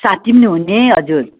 साथी पनि हुने हजुर